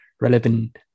relevant